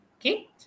Okay